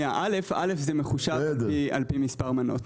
ראשית, זה מחושב על פי מספר המנות.